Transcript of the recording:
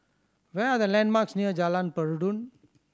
where are the landmarks near Jalan Peradun